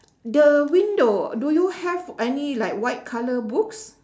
the window do you have any like white colour books